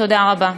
תודה רבה.